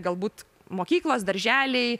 galbūt mokyklos darželiai